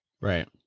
right